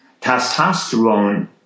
Testosterone